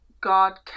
God